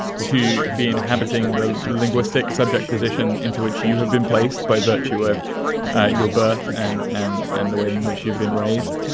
to be inhabiting the linguistic subject position into which you have been placed by virtue of your birth and and and the way in which you've been raised.